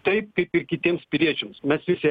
taip kaip ir kitiems piliečiams mes visi